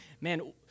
Man